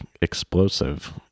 explosive